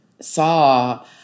saw